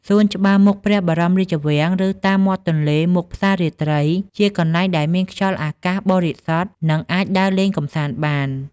សួនច្បារមុខព្រះបរមរាជវាំង ឬតាមមាត់ទន្លេមុខផ្សាររាត្រី ជាកន្លែងដែលមានខ្យល់អាកាសបរិសុទ្ធ និងអាចដើរលេងកម្សាន្តបាន។